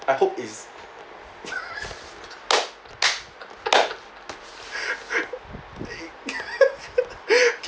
I hope is